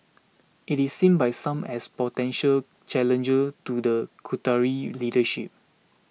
it is seen by some as potential challenger to the Qatari leadership